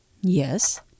Yes